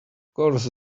course